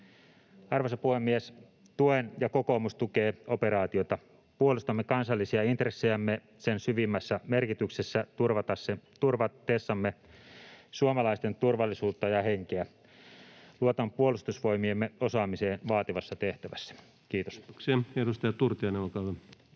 Arvoisa puhemies! Tuen — ja kokoomus tukee — operaatiota. Puolustamme kansallisia intressejämme niiden syvimmässä merkityksessä turvatessamme suomalaisten turvallisuutta ja henkeä. Luotan Puolustusvoimiemme osaamiseen vaativassa tehtävässä. — Kiitos. [Speech 64] Speaker: